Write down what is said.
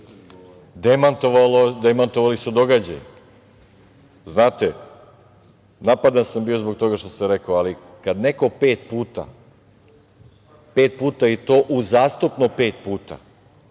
demantovali su događaji. Znate, napadan sam bio zbog toga što sam rekao, ali kada neko pet puta, i to uzastopno pet puta,